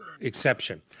exception